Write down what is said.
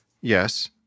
Yes